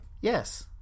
Yes